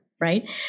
right